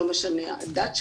לא משנה הדת שלהם,